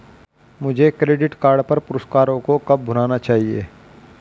मुझे credit card पर पुरस्कारों को कब भुनाना चाहिए?